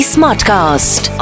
Smartcast